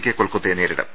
K കൊൽക്കത്തയെ നേരിടും